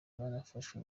nafashwe